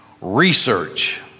research